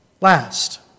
last